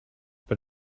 bei